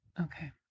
okay